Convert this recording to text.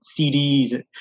CDs